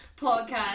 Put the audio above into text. podcast